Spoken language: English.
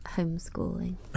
Homeschooling